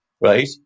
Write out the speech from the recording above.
Right